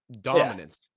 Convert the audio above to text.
dominance